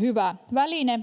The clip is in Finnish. hyvä väline